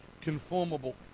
conformable